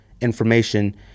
information